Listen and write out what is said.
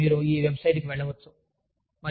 కాబట్టి మీరు ఈ వెబ్సైట్కు వెళ్ళవచ్చు